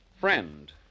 Friend